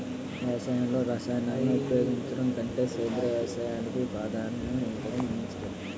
వ్యవసాయంలో రసాయనాలను ఉపయోగించడం కంటే సేంద్రియ వ్యవసాయానికి ప్రాధాన్యత ఇవ్వడం మంచిది